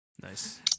Nice